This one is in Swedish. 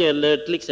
Är det t.ex.